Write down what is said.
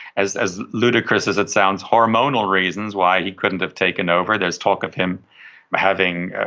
as as ludicrous as it sounds, hormonal reasons why he couldn't have taken over. there is talk of him having,